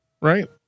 right